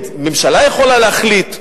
ממשלה יכולה להחליט,